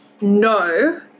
no